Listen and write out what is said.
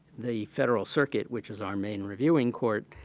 the federal circuit, which is our main reviewing court,